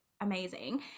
amazing